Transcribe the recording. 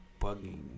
Bugging